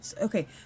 Okay